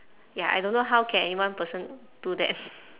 ya I don't know how can anyone person do that